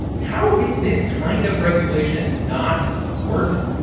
how is this kind of regulation not worth it?